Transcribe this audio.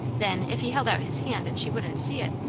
then, if he held out his hand and she wouldn't see it!